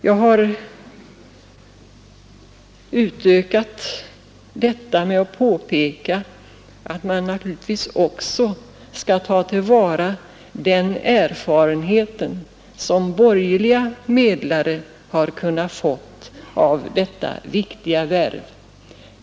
Jag har utökat detta med att påpeka att man naturligtvis också skall ta till vara den erfarenhet som borgerliga medlare har kunnat få av detta viktiga värv.